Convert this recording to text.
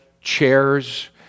chairs